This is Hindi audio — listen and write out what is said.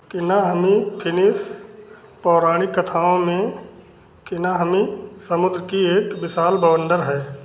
किनाहमी फिनिश पौराणिक कथाओं में किनाहमी समुद्र की एक विशाल बवंडर है